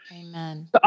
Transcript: Amen